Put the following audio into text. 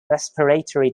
respiratory